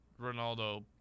Ronaldo